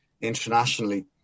internationally